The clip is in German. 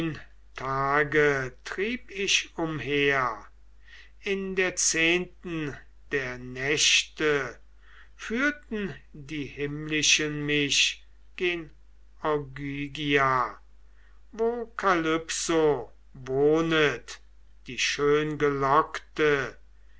tage trieb ich umher in der zehnten der nächte führten die himmlischen mich gen ogygia wo kalypso wohnet die